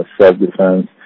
self-defense